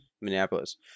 Minneapolis